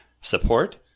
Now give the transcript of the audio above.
support